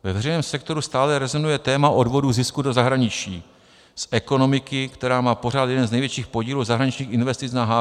Ve veřejném sektoru stále rezonuje téma odvodu zisku do zahraničí z ekonomiky, která má pořád jeden z největších podílů zahraničních investic na HDP.